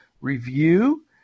review